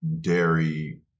dairy